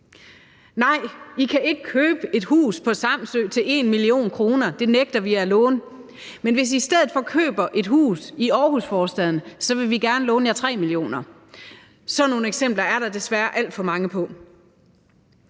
Nej, I kan ikke købe et hus på Samsø til 1 mio. kr., det nægter vi at låne jer til. Men hvis I i stedet for køber et hus i en Aarhusforstad, vil vi gerne låne jer 3 mio. kr. Sådan nogle eksempler er der desværre alt for mange af.